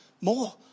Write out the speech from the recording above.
more